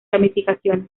ramificaciones